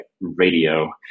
radio